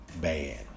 bad